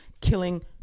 killing